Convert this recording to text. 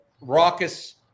raucous